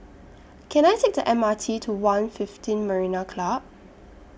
Can I Take The M R T to one fifteen Marina Club